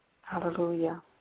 Hallelujah